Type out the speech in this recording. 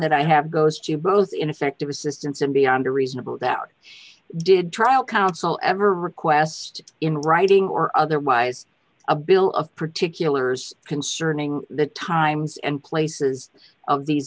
that i have goes to both ineffective assistance and beyond a reasonable doubt did trial counsel ever request in writing or otherwise a bill of particulars concerning the times and places of these